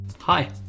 Hi